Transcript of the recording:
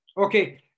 Okay